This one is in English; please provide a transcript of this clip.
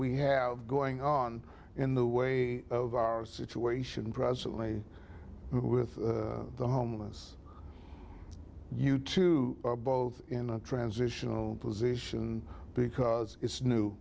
we have going on in the way of our situation presently with the homeless you too both in a transitional position because it's new